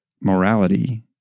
morality